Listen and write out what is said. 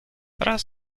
raz